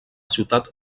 ciutat